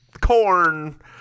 corn